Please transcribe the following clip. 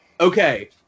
Okay